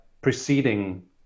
preceding